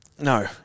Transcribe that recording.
No